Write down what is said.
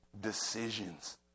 decisions